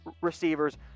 receivers